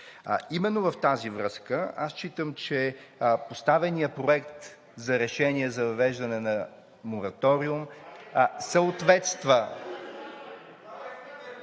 Именно в тази връзка аз считам, че поставеният проект за решение за въвеждане на мораториум съответства…